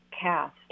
cast